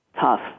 tough